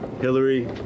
Hillary